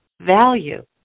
value